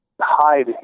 hide